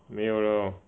没有了 orh